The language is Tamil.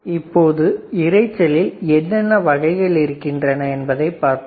இப்பொழுது இரைச்சலில் என்னென்ன வகைகள் இருக்கின்றன என்பதை பார்ப்போம்